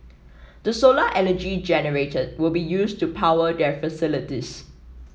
the solar energy generated will be used to power their facilities